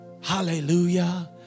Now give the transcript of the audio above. Hallelujah